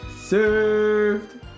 served